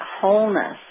wholeness